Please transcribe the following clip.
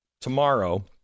Tomorrow